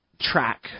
track